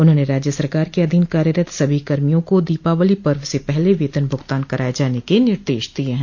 उन्होंने राज्य सरकार के अधीन कार्यरत सभी कर्मियों को दीपावली पर्व से पहले वेतन भुगतान कराये जाने के निर्देश दिये हैं